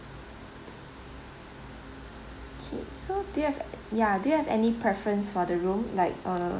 K so do you have ya do you have any preference for the room like uh